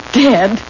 dead